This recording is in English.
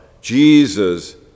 Jesus